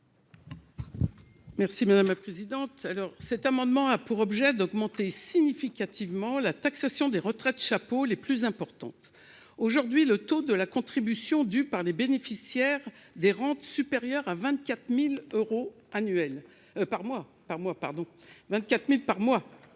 l'amendement n° 704. Cet amendement a pour objet d'augmenter significativement la taxation des retraites chapeaux les plus importantes. Aujourd'hui, le taux de la contribution due par les bénéficiaires de rentes supérieures à 24 000 euros par mois-